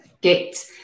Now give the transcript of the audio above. get